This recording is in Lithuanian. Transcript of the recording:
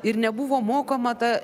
ir nebuvo mokoma tą